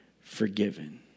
forgiven